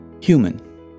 human